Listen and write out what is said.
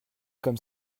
comme